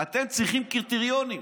אתם צריכים קריטריונים.